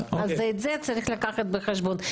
אז את זה צריך לקחת בחשבון.